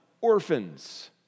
orphans